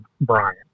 Brian